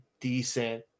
decent